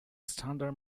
standard